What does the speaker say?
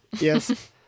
Yes